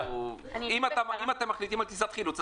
אם אתם מחליטים על טיסת חילוץ,